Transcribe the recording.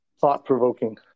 thought-provoking